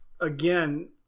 again